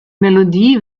melodie